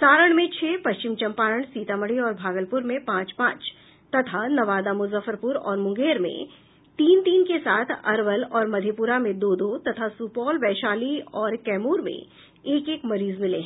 सारण में छह पश्चिम चंपारण सीतामढ़ी और भागलपुर में पांच पांच तथा नवादा मुजफ्फरपुर और मुंगेर में तीन तीन के साथ अरवल और मधेपुरा में दो दो तथा सुपौल वैशाली और कैमूर में एक एक मरीज मिले हैं